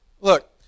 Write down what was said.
Look